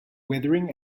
weathering